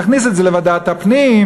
תכניס את זה לוועדת הפנים,